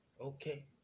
Okay